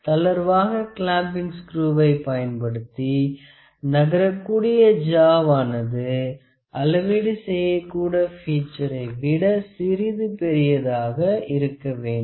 தளர்வாக clamping screw வை பயன்படுத்தி நகரக்கூடிய ஜாவ் ஆனது அளவீடு செய்யக்கூடிய பீட்ச்ரை விட சிறிது பெரியதாக இருக்க வேண்டும்